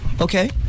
okay